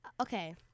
Okay